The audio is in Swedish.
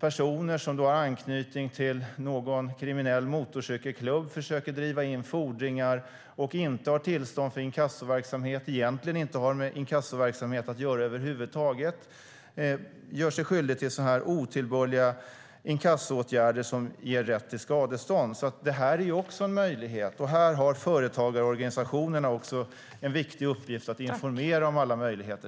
personer med anknytning till någon kriminell motorcykelklubb försöker driva in fordringar - men inte har tillstånd till inkassoverksamhet och egentligen inte har med inkassoverksamhet att göra över huvud taget - och därmed gör sig skyldiga till otillbörliga inkassoåtgärder som ger rätt till skadestånd. Detta är också en möjlighet. Här har företagarorganisationerna en viktig uppgift att informera om alla möjligheter.